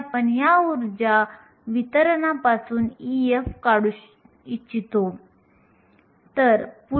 आपण एखाद्या सामग्रीची वाहकता सुधारू इच्छित असल्यास आणि आपल्याला उच्च वाहकता मिळविण्यासाठी साहित्य निवडण्यासाठी सांगितले जाते